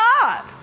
God